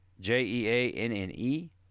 J-E-A-N-N-E